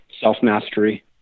self-mastery